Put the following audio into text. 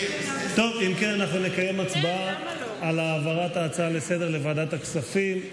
אנחנו נקיים הצבעה על העברת ההצעה לסדר-היום לוועדת הכספים.